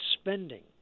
spending